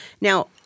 Now